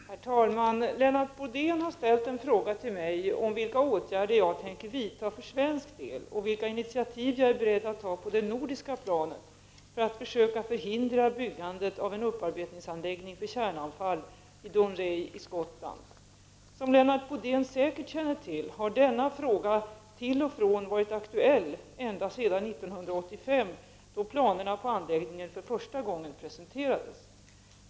Herr talman! Lennart Bodén har ställt en fråga till mig om vilka åtgärder jag tänker vidta för svensk del och vilka initiativ jag är beredd att ta på det nordiska planet för att försöka förhindra byggandet av en upparbetningsanläggning för kärnavfall i Dounreay i Skottland. Som Lennart Bodén säkert känner till har denna fråga till och från varit aktuell ända sedan 1985 då planerna på anläggningen för första gången presenterades.